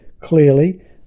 clearly